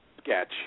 sketch